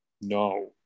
No